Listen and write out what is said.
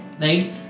right